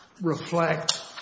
reflect